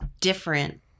different